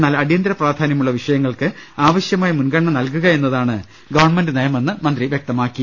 എന്നാൽ അടിയന്തര പ്രാധാന്യമുള്ള വിഷയങ്ങൾക്ക് ആവശ്യമായ മുൻഗണന നൽകുകയെന്നതാണ് ഗവൺമെന്റ് നയമെന്നും അദ്ദേഹം വ്യക്തമാക്കി